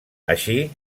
així